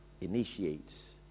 initiates